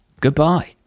Goodbye